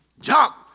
jump